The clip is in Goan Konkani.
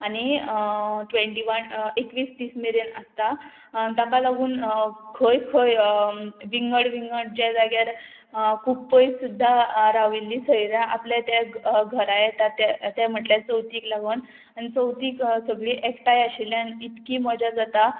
आनी ट्वेंटी वन एकवीस तीस मेरेन आसता ताका लागून खंय खंय विंगड विंगड ज्या जाग्यार खूब पयस सुद्दां राविल्ली सोयऱ्यां आपले तें घरा येता तें म्हटल्यार चवथीक लागून आनी चवथीक सगळीं एकठांय आशिल्ल्यान इतकी मजा जाता